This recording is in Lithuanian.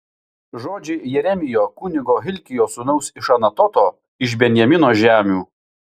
žodžiai jeremijo kunigo hilkijo sūnaus iš anatoto iš benjamino žemių